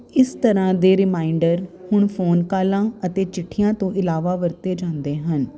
ਇਸ ਤਰ੍ਹਾਂ ਦੇ ਰੀਮਾਈਂਡਰ ਹੁਣ ਫੋਨ ਕਾਲਾਂ ਅਤੇ ਚਿੱਠੀਆਂ ਤੋਂ ਇਲਾਵਾ ਵਰਤੇ ਜਾਂਦੇ ਹਨ